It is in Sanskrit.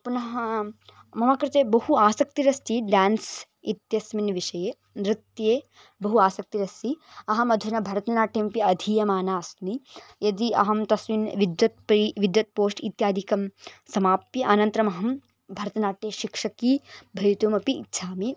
पुनः मम कृते बहु आसक्तिरस्ति डान्स् इत्यस्मिन् विषये नृत्ये बहु आसक्तिरस्ति अहम् अधुना भरतनाट्यमपि अधीयमाना अस्मि यदि अहं तस्मिन् विद्वत् पेय् विद्वत् पोस्ट् इत्यादिकं समाप्य अनन्तरम् अहं भरतनाट्यशिक्षिका भवितुमपि इच्छामि